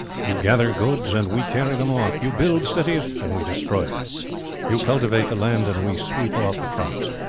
you gather goods, and we carry them off you build cities, and we destroy them you cultivate the land, and we sweep off the crops.